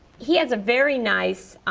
he has a very nice